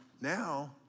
now